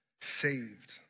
saved